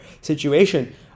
situation